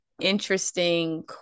interesting